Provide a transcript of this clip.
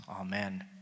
Amen